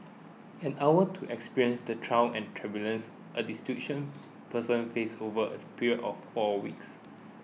an hour to experience the trials and a person faces over a period of four weeks